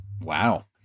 Wow